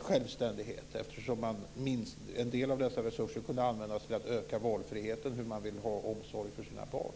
självständighet eftersom en del av dessa resurser skulle kunna användas till att öka friheten att välja omsorg för sina barn.